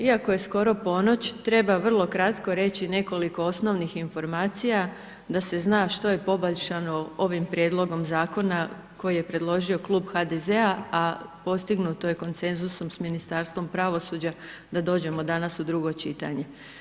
Iako je skoro ponoć treba vrlo kratko reći nekoliko osnovnih informacija da se zna što je poboljšano ovim prijedlogom zakona koji je predložio Klub HDZ-a, a postignuto je konsenzusom s Ministarstvom pravosuđa da dođemo danas u drugo čitanje.